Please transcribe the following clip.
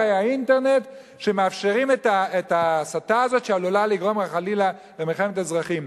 האינטרנט שמאפשרים את ההסתה הזאת שעלולה לגרום חלילה למלחמת אזרחים.